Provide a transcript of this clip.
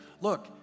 Look